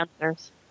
answers